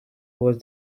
toward